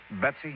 Betsy